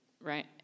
right